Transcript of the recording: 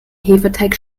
hefeteig